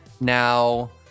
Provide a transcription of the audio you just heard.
Now